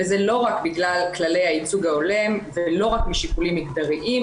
וזה לא רק בגלל כללי הייצוג ההולם ולא רק משיקולים מגדריים,